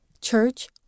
church